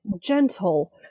gentle